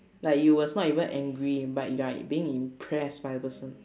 like you was not even angry but you are being impressed by a person